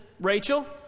Rachel